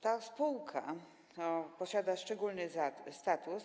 Ta spółka posiada szczególny status.